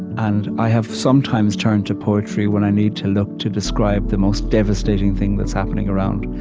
and i have sometimes turned to poetry when i need to look to describe the most devastating thing that's happening around.